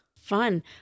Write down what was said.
Fun